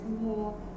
more